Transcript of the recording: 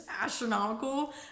astronomical